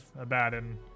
abaddon